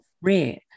rare